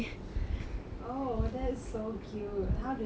oh that's so cute how do you know all this